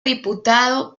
diputado